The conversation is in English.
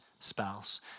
spouse